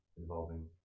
involving